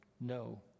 no